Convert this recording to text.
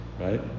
Right